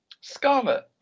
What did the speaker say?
Scarlet